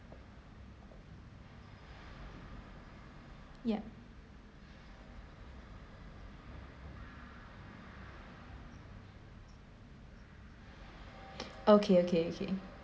yup okay okay okay